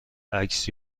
عکس